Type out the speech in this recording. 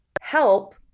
help